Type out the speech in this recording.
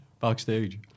backstage